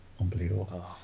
unbelievable